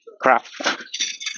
craft